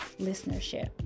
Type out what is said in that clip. listenership